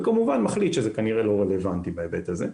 וכמובן מחליט שזה כנראה לא רלוונטי בהיבט הזה.